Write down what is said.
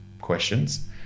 questions